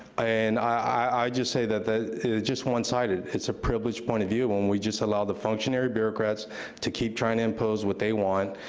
and i just say that it's just one-sided. it's a privileged point of view when we just allow the functionary bureaucrats to keep trying to impose what they want